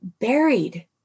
buried